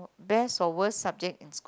best or worst subject in school